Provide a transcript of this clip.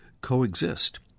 coexist